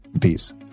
peace